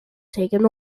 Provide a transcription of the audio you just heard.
taken